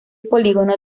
polígono